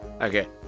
Okay